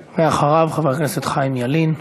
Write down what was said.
ואחריו, חבר הכנסת חיים ילין.